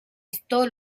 esto